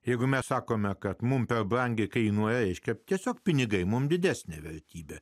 jeigu mes sakome kad mum per brangiai kainuoja reiškia tiesiog pinigai mums didesnė vertybė